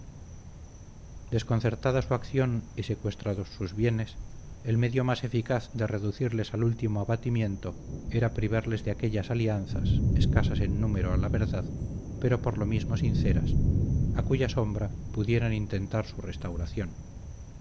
desconcertada su acción y secuestrados sus bienes el medio más eficaz de reducirles al último abatimiento era privarles de aquellas alianzas escasas en número a la verdad pero por lo mismo sinceras a cuya sombra pudieran intentar su restauración